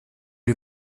lui